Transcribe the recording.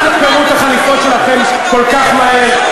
אל תתפרו את החליפות שלכם כל כך מהר.